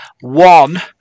One